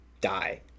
die